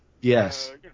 Yes